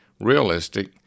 realistic